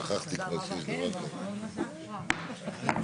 הישיבה ננעלה בשעה 14:55.